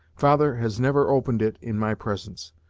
father has never opened it in my presence,